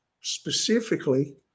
specifically